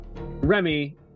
Remy